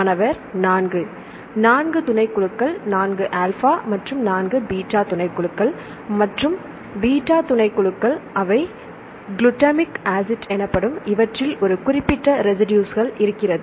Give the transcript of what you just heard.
மாணவர்4 4 துணைக்குழுக்கள் 2 ஆல்பா மற்றும் 2 பீட்டா துணைக்குழுக்கள் மற்றும் b துணைக்குழுக்கள் அவை குளுட்டமிக் ஆசிட் எனப்படும் இவற்றில் ஒரு குறிப்பிட்ட ரெசிடுஸ் இருக்கிறது